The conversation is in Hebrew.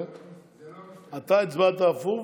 היא לא מסוכנת.